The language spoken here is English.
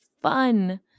fun